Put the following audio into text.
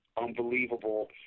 Unbelievable